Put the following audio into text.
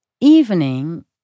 evening